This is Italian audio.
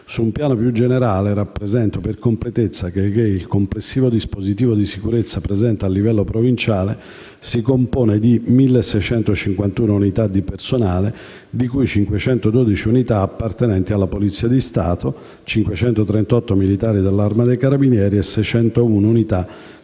Su un piano più generale, rappresento per completezza che il complessivo dispositivo di sicurezza presente a livello provinciale si compone di 1.651 unità di personale, di cui 512 unità appartenenti alla Polizia di Stato, 538 militari dell'Arma dei carabinieri e 601 unità